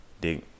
dig